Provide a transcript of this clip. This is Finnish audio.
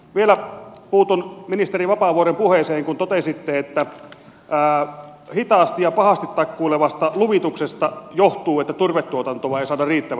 vielä puutun ministeri vapaavuoren puheeseen kun totesitte että hitaasta ja pahasti takkuilevasta luvituksesta johtuu että turvetuotantoa ei saada riittävästi